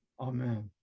Amen